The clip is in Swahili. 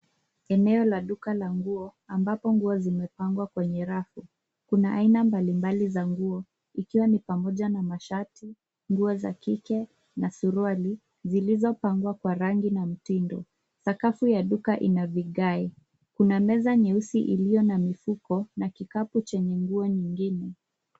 Eneo la duka la nguo ambapo nguo zimepangwa kwenye rafu. Kuna aina mbalimbali za nguo ikiwa ni pamoja na mashati, nguo za kike na suruali zilizopangwa kwa rangi na mitindo. Sakafu ya duka ina vigae. Kuna meza nyeusi iliyo na mifuko na kikapu chenye nguo nyingine.